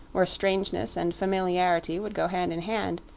where strangeness and familiarity would go hand in hand,